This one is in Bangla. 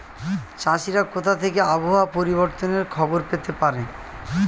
চাষিরা কোথা থেকে আবহাওয়া পরিবর্তনের খবর পেতে পারে?